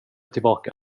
tillbaka